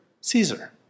Caesar